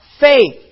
faith